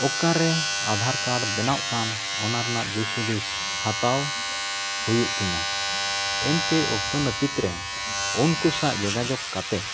ᱚᱠᱟᱨᱮ ᱵᱮᱱᱟᱜ ᱠᱟᱱ ᱚᱱᱟ ᱨᱮᱱᱟᱜ ᱫᱤᱥᱼᱦᱩᱫᱤᱥ ᱦᱟᱛᱟᱣ ᱦᱩᱭᱩᱜ ᱛᱤᱧᱟᱹ ᱮᱱᱛᱮ ᱚᱠᱛᱚ ᱱᱟᱹᱯᱤᱛᱨᱮ ᱩᱱᱠᱩ ᱥᱟᱶ ᱡᱳᱜᱟᱡᱳᱜᱽ ᱠᱟᱛᱮᱫ